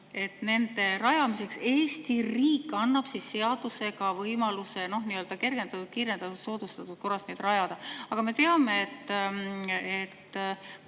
– nende puhul Eesti riik annab seadusega võimaluse neid nii-öelda kergendatud, kiirendatud, soodustatud korras rajada. Aga me teame, et